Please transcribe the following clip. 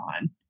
on